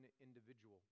individual